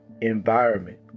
environment